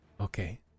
okay